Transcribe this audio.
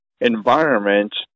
environment